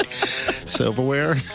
Silverware